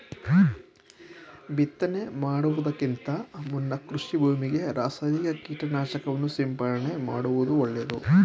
ಬಿತ್ತನೆ ಮಾಡುವುದಕ್ಕಿಂತ ಮುನ್ನ ಕೃಷಿ ಭೂಮಿಗೆ ರಾಸಾಯನಿಕ ಕೀಟನಾಶಕವನ್ನು ಸಿಂಪಡಣೆ ಮಾಡುವುದು ಒಳ್ಳೆದು